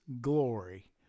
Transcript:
glory